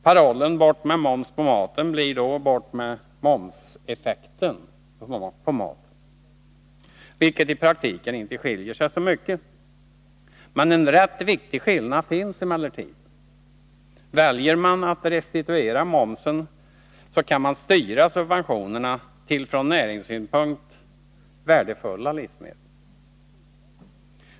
Parollen ”bort med moms på maten!” blir då ”bort med momseffekten på maten!” , vilket i praktiken inte skiljer sig så mycket. En rätt viktig skillnad finns emellertid. Väljer man att restituera momsen, så kan man styra subventionerna till från näringssynpunkt värdefulla livsmedel.